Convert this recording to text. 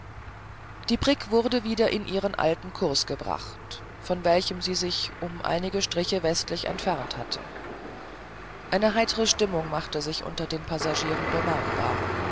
die brigg wurde wieder in ihren alten kurs gebracht von welchem sie sich um einige striche westlich entfernt hatte eine heitere stimmung machte sich unter den passagieren bemerkbar